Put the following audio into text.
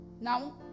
Now